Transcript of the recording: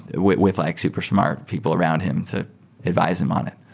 with with like super smart people around him to advise him on it.